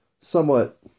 somewhat